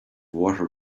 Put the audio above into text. water